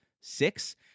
six